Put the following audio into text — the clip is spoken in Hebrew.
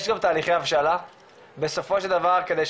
יש גם